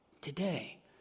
Today